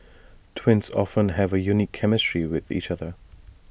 twins often have A unique chemistry with each other